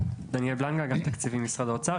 אני מאגף התקציבים במשרד האוצר.